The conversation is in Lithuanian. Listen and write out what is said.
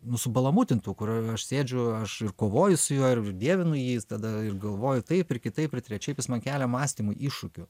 nu subalamutintų kur aš sėdžiu aš ir kovoju su juo ir dievinu jį tada ir galvoju taip ir kitaip ir trečiaip jis man kelia mąstymo iššūkių